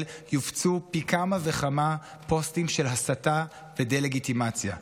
יופצו פי כמה וכמה פוסטים של הסתה ודה-לגיטימציה.